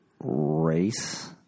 race